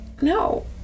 no